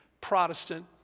Protestant